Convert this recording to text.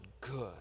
good